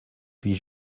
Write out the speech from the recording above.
puis